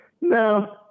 No